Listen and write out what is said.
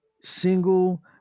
single